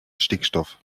stickstoff